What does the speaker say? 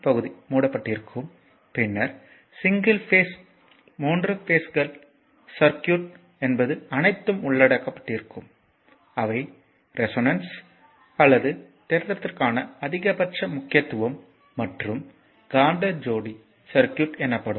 பகுதி மூடப்பட்டிருக்கும் பின்னர் சிங்கிள் பேஸ் மூன்று பேஸ்ஸஸ் சர்க்யூட் என்பது அனைத்தும் உள்ளடக்கப்பட்டிருக்கும் அவை ரெசோனன்ஸ் அல்லது தேற்றத்திற்கான அதிகபட்ச முக்கியத்துவம் மற்றும் காந்த ஜோடி சர்க்யூட் என்னப்படும்